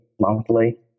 monthly